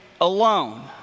alone